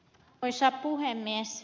tätä ed